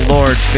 Lord